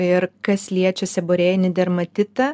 ir kas liečia seborėjinį dermatitą